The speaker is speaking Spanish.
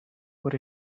por